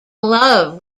love